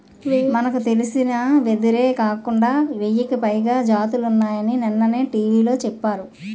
మనకు తెలిసిన వెదురే కాకుండా వెయ్యికి పైగా జాతులున్నాయని నిన్ననే టీ.వి లో చెప్పారు